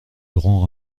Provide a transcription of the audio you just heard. grand